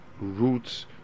roots